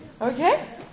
Okay